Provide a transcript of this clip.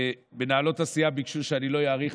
ומנהלות הסיעה ביקשו שלא אאריך,